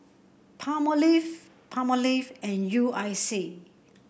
Palmolive Palmolive and U I C